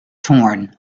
torn